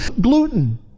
gluten